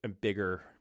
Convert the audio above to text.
bigger